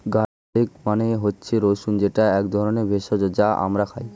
garlic মানে হচ্ছে রসুন যেটা এক ধরনের ভেষজ যা আমরা খাই